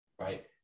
right